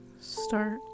start